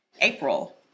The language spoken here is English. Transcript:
April